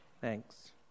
Thanks